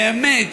באמת,